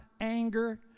anger